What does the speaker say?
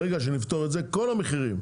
ברגע שנפתור את זה כל המחירים,